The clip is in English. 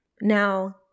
Now